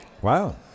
Wow